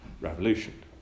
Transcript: Revolution